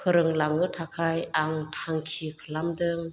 फोरोंलांनो थाखाय आं थांखि खालामदों